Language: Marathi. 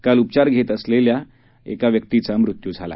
काल उपचार घेत असलेल्या व्यक्तीचा मृत्यू झाला